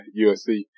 USC